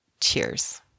cheers